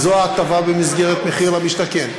וזו ההטבה במסגרת מחיר למשתכן.